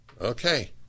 Okay